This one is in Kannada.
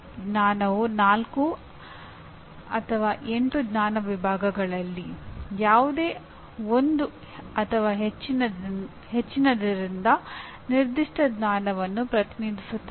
ಜ್ಞಾನವು 4 ಅಥವಾ 8 ಜ್ಞಾನ ವಿಭಾಗಗಳಲ್ಲಿ ಯಾವುದೇ ಒಂದು ಅಥವಾ ಹೆಚ್ಚಿನದರಿಂದ ನಿರ್ದಿಷ್ಟ ಜ್ಞಾನವನ್ನು ಪ್ರತಿನಿಧಿಸುತ್ತದೆ